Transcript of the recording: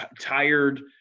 tired